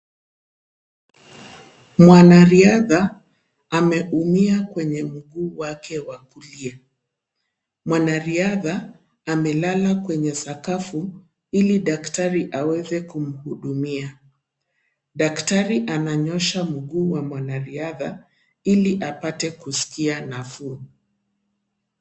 Mwanariadha amaeumia kwenye mguu wake wa kulia. Mwanariadha amelala kwenye sakafu ili daktari aweze kumhudumia. Daktari ananyoosha mguu wa mwanariadha ili apate kusikia nafuu.